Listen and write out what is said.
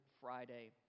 Friday